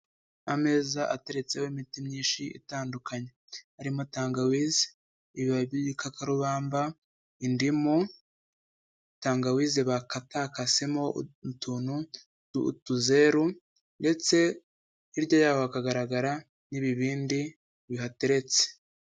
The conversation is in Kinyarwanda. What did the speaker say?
Ameza ateretseho imiti myinshi itandukanye, harimo tangawize, ibibabi by'igikakarubamba, indimu tangawise bakatakasemo utuntu tw'utuzeru ndetse hirya yaho hakagaragara n'ibibindi bihateretse.